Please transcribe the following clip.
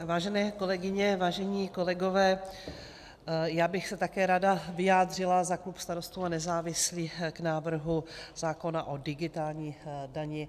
Vážené kolegyně, vážení kolegové, já bych se také ráda vyjádřila za klub Starostů a nezávislých k návrhu zákona o digitální dani.